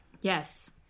Yes